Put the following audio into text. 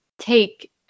take